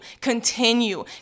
continue